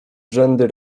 rzędy